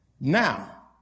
Now